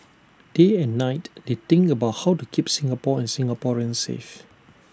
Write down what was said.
day and night they think about how to keep Singapore and Singaporeans safe